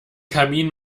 kamin